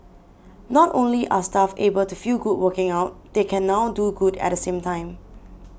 not only are staff able to feel good working out they can now do good at the same time